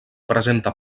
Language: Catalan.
presenta